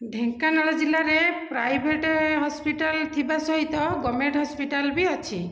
ଢେଙ୍କାନାଳ ଜିଲ୍ଲାରେ private hospital ଥିବା ସହିତ ଗଭର୍ଣ୍ଣମେଣ୍ଟ ହସ୍ପିଟାଲ ବି ଅଛି